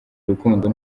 rukundo